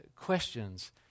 questions